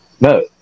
no